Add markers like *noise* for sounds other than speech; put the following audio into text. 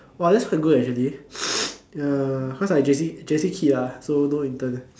!wah! that is quite good actually *noise* ya cause I J_C J_C kid ah so no intern